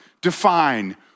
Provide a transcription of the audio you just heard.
define